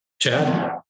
Chad